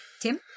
Tim